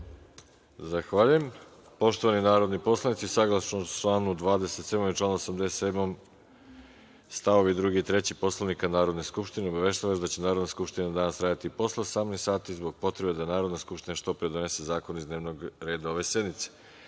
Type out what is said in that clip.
Zahvaljujem. Poštovani narodni poslanici, saglasno članu 27. i članu 87. st. 2. i 3. Poslovnika Narodne Skupštine, obaveštavam vas da će Narodna Skupština danas raditi i posle 18 sati, zbog potrebe da Narodna Skupština što pre donese zakone iz dnevnog reda ove sednice. Reč